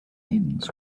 ends